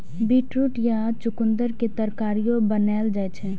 beetroot या चुकंदर के तरकारियो बनाएल जाइ छै